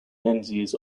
menzies